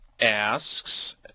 asks